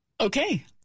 Okay